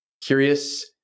curious